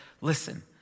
listen